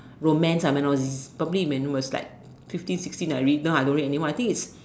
romance terminologies probably when I was like fifteen sixteen I read now I don't read anymore I think is